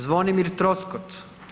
Zvonimir Troskot.